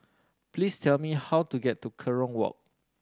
please tell me how to get to Kerong Walk